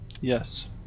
yes